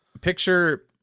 picture